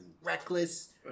reckless